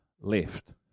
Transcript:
left